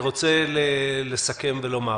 לסיכום,